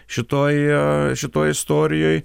šitoj šitoj istorijoj